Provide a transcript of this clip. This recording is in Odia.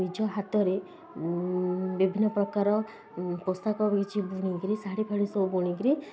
ନିଜ ହାତରେ ବିଭିନ୍ନ ପ୍ରକାର ପୋଷାକ କିଛି ବୁଣିକିରି ଶାଢ଼ୀ ଫାଢ଼ି ସବୁ ବୁଣିକିରି